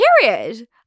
period